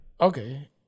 Okay